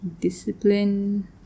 discipline